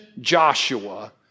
Joshua